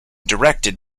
directed